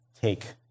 take